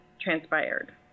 transpired